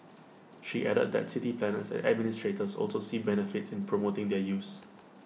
she added that city planners and administrators also see benefits in promoting their use